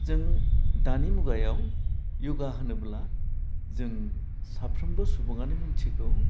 जों दानि मुगायाव य'गा होनोब्ला जों साफ्रोमबो सुबुङानो मिथिगौ